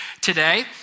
today